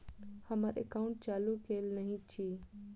हम्मर एकाउंट चालू केल नहि अछि?